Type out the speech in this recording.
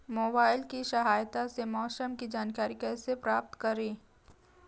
Mobile की सहायता से मौसम की जानकारी कैसे प्राप्त करें?